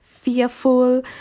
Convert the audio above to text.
fearful